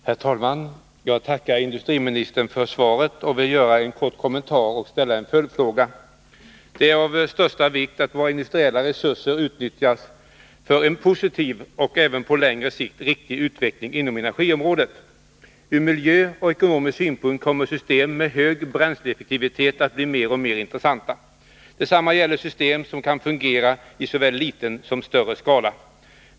Herr talman! Jag tackar industriministern för svaret på min interpellation och vill göra en kort kommentar samt ställa en följdfråga. Det är av största vikt att våra industriella resurser utnyttjas för en positiv och även på längre sikt riktig utveckling inom energiområdet. Ur miljösynpunkt och ur ekonomisk synpunkt kommer system med hög bränsleeffektivitet att bli mer och mer intressanta. Detsamma gäller system som kan fungera i såväl liten som större skala.